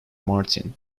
martin